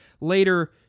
later